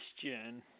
question